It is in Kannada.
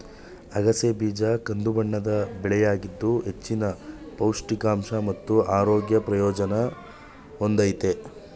ಅಗಸೆ ಬೀಜ ಕಂದುಬಣ್ಣದ ಬೆಳೆಯಾಗಿದ್ದು ಹೆಚ್ಚಿನ ಪೌಷ್ಟಿಕಾಂಶ ಮತ್ತು ಆರೋಗ್ಯ ಪ್ರಯೋಜನ ಹೊಂದಯ್ತೆ